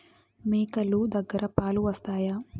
మేక లు దగ్గర పాలు వస్తాయా?